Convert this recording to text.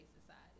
society